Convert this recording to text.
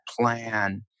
plan